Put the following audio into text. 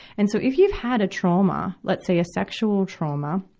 and so, if you've had a trauma, let's say a sexual trauma,